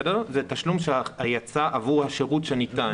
זה תשלום שיצא עבור השרות שניתן.